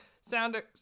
sounder